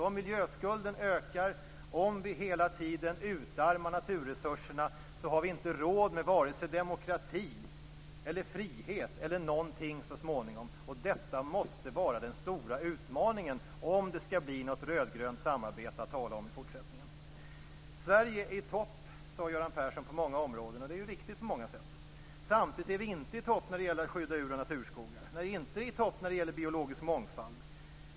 Om miljöskulden ökar och om vi hela tiden utarmar naturresurserna har vi inte råd med vare sig demokrati, frihet eller någonting så småningom. Detta måste vara den stora utmaningen om det skall bli något rödgrönt samarbete att tala om i fortsättningen. Sverige är i topp, sade Göran Persson, på många områden. Det är riktigt på många sätt. Samtidigt är vi inte i topp när det gäller att skydda ur och naturskogar. Vi är inte i topp när det gäller biologisk mångfald.